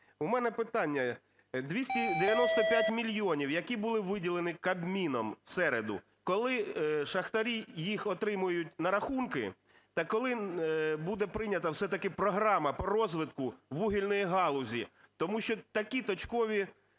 У мене питання. 295 мільйонів, які були виділені Кабміном в середу, коли шахтарі їх отримають на рахунки? Та коли буде прийнята все-таки програма по розвитку вугільної галузі? Тому що такі точкові